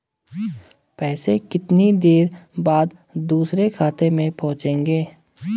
पैसे कितनी देर बाद दूसरे खाते में पहुंचेंगे?